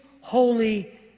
holy